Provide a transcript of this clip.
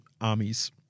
Armies